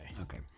Okay